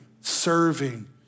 serving